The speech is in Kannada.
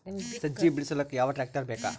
ಸಜ್ಜಿ ಬಿಡಿಸಿಲಕ ಯಾವ ಟ್ರಾಕ್ಟರ್ ಬೇಕ?